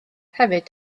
hefyd